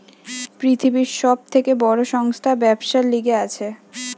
পৃথিবীর সব থেকে বড় সংস্থা ব্যবসার লিগে আছে